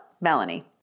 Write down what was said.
Melanie